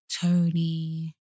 Tony